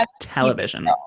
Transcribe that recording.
television